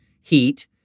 heat